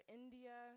India